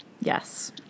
Yes